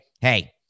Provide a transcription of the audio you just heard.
hey